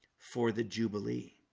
for the jubilee